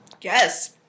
Yes